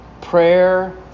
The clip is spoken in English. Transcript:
Prayer